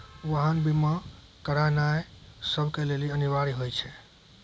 वाहन बीमा करानाय सभ के लेली अनिवार्य होय छै